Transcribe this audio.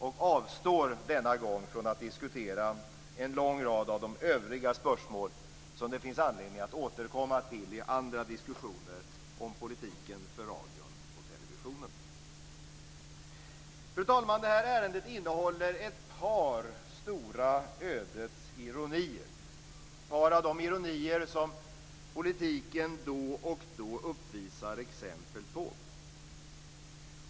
Jag avstår denna gång från att diskutera en lång rad övriga spörsmål, som det finns anledning att återkomma till i andra diskussioner om politiken för radion och televisionen. Fru talman! Det här ärendet innehåller ett par stora ödets ironier, ett par av de ironier som politiken då och då uppvisar exempel på.